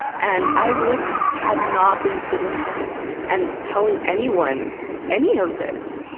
and i would have not been sitting here and telling anyone any of this.